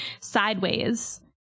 sideways